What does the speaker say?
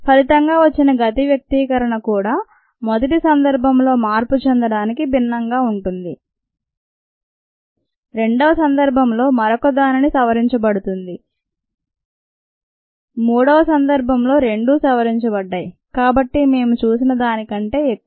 ఫలితంగా వచ్చిన గతి వ్యక్తీకరణ కూడా మొదటి సందర్భంలో మార్పు చెందడానికి భిన్నంగా ఉంటుంది రెండవ సందర్భంలో మరొకదానిని సవరించబడుతుంది మూడవ సందర్భంలో రెండూ సవరించబడ్డాయి కాబట్టి మేము చూసిన దానికంటే ఎక్కువ